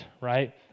right